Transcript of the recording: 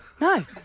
No